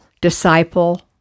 disciple